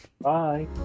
bye